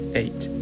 eight